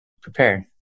prepare